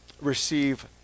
receive